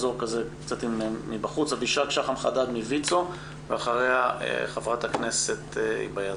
אבישג שחם חדד מויצ"ו ואחריה ח"כ היבה יזבק.